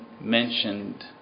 mentioned